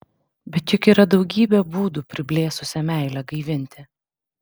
bet juk yra daugybė būdų priblėsusią meilę gaivinti